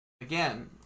Again